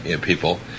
people